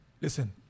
listen